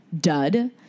dud